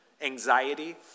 anxiety